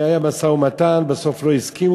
והיה משא-ומתן, בסוף לא הסכימו.